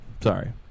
Sorry